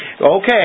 Okay